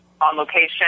on-location